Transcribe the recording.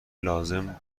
لازم